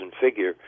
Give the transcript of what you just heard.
figure